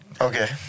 okay